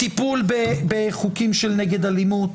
טיפול בחוקים של נגד אלימות,